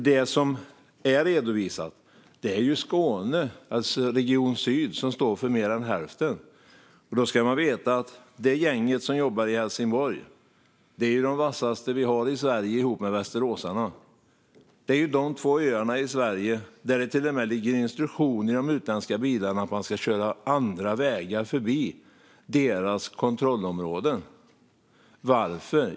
Det som är redovisat är Region Syd, som står för mer än hälften. Då ska man veta att gänget som jobbar i Helsingborg är de vassaste vi har i Sverige, ihop med västeråsarna. Det ligger till och med instruktioner i de utländska bilarna att man ska köra andra vägar förbi deras kontrollområden. Varför?